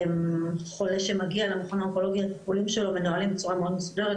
חולה שמגיע למכון האונקולוגי הטיפולים שלו מתנהלים בצורה מאוד מסודרת,